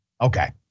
okay